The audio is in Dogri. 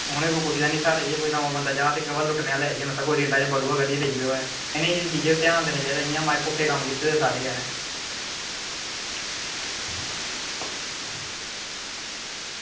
उनें ई कोई पुछदा नेईं साढ़े नेहा कोई नमां बंदा जा कुश्वा लुट्टने आह्ला आई जा कोई उत्थें रेलै च बटुआ कड्ढियै लेई गेदा होऐ नेही नेही चीज़ें बी ध्यान देना चाहिदा इ'यां माय पुट्ठे कम्म कीते दे सारे गै इ'नें